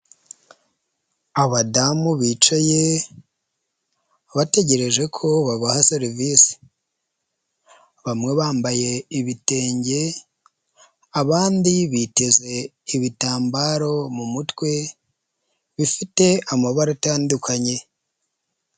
Abadamu bicaye bategereje ko babaha serivisi, bamwe bambaye ibitenge, abandi biteze ibitambaro mu mutwe bifite amabara atandukanye.